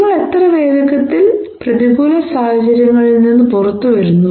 നിങ്ങൾ എത്ര വേഗത്തിൽ പ്രതികൂല സാഹചര്യങ്ങളിൽ നിന്ന് പുറത്തുവരുന്നു